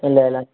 ಇಲ್ಲ ಇಲ್ಲ